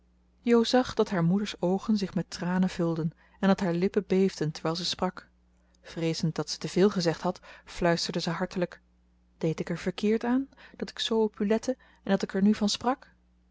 zag dat haar moeders oogen zich met tranen vulden en dat haar lippen beefden terwijl ze sprak vreezend dat ze te veel gezegd had fluisterde ze hartelijk deed ik er verkeerd aan dat ik zoo op u lette en dat ik er nu van sprak